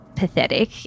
pathetic